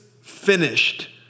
finished